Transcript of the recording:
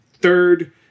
third